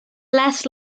less